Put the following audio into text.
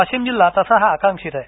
वाशिम जिल्हा तसा ही आकांक्षीत आहे